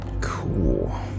Cool